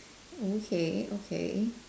okay okay